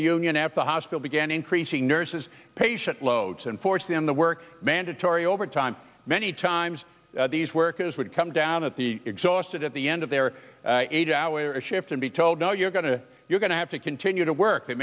me union at the hospital began increasing nurses patient loads and force them to work mandatory overtime many times these workers would come down at the exhausted at the end of their eight hour shift and be told no you're going to you're going to have to continue to work they